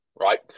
right